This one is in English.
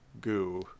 goo